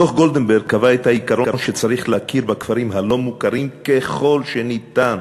דוח גולדברג קבע את העיקרון שצריך להכיר בכפרים הלא-מוכרים ככל שניתן.